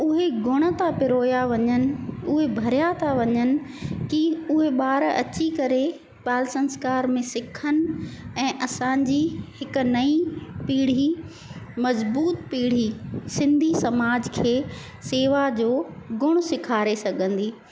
उहे गुण त पिरोया वञनि उहे भरिया ता वञन की उहे ॿार अची करे बाल संस्कार में सिखनि ऐं असांजी हिकु नई पीढ़ी मजबूत पीढ़ी सिंधी समाज खे शेवा जो गुणु सेखारे सघंदी